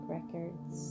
Records